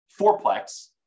fourplex